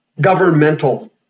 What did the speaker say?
governmental